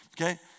Okay